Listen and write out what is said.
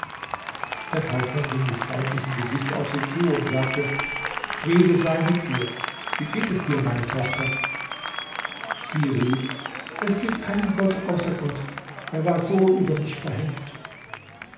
der kaufmann ging mit freundlichem gesicht auf sie zu und sagte friede sei mit dir wie geht es dir meine tochter sie rief es gibt keinen gott außer gott es war so über mich verhängt